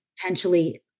potentially